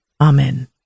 Amen